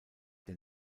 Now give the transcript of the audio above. der